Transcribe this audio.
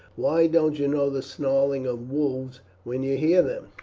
why, don't you know the snarling of wolves when you hear them?